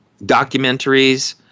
documentaries